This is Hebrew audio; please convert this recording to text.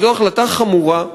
אבל זו החלטה חמורה,